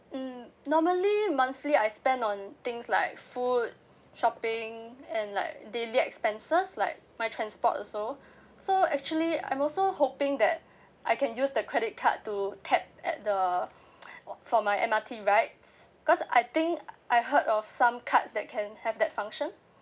um normally monthly I spend on things like food shopping and like daily expenses like my transport also so actually I'm also hoping that I can use the credit card to tap at the for my M_R_T rides cause I think I heard of some cards that can have that function